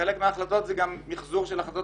חלק מההחלטות הן גם מחזור של החלטות